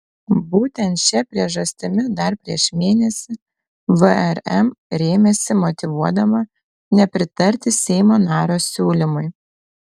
būtent šia priežastimi dar prieš mėnesį vrm rėmėsi motyvuodama nepritarti seimo nario siūlymui